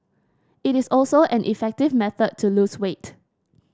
it is also an effective method to lose weight